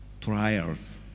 trials